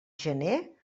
gener